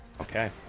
Okay